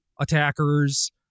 attackers